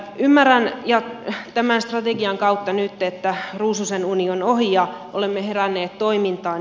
ymmärrän tämän strategian kautta nyt että ruususenuni on ohi ja olemme heränneet toimintaan